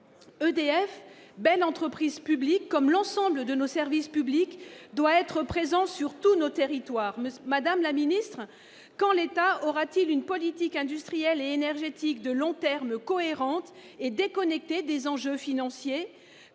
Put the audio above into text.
EDF, belle entreprise publique, à l'instar de l'ensemble de nos services publics, doit être présente sur tous nos territoires. Madame la secrétaire d'État, quand l'État aura-t-il une politique industrielle et énergétique de long terme cohérente et déconnectée des enjeux financiers ?